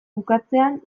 bukatzean